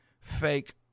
fake